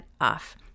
off